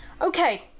okay